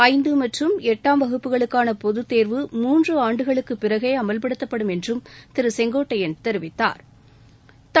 ஐந்து மற்றும் எட்டாம் வகுப்புகளுக்கான பொதுத் தேர்வு மூன்று ஆண்டுகளுக்குப் பிறகே அமல்படுத்தப்படும் என்றும் திரு செங்கோட்டையன் தெரிவித்தாா்